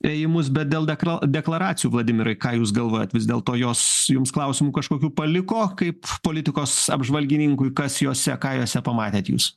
ėjimus bet dėl dekral deklaracijų vladimirai ką jūs galvojat vis dėlto jos jums klausimų kažkokių paliko kaip politikos apžvalgininkui kas jose ką jose pamatėt jūs